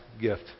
gift